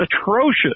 atrocious